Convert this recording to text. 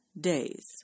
days